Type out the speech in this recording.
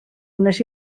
wnes